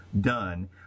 done